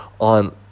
on